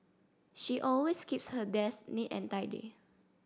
she always keeps her desk neat and tidy